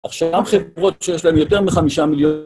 עכשיו חברות שיש להן יותר מחמישה מיליון...